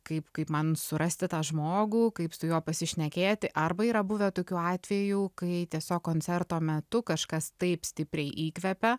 kaip kaip man surasti tą žmogų kaip su juo pasišnekėti arba yra buvę tokių atvejų kai tiesiog koncerto metu kažkas taip stipriai įkvepia